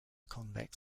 convex